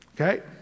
okay